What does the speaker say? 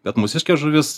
bet mūsiškė žuvis